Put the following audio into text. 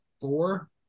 four